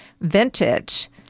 vintage